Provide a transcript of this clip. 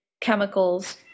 chemicals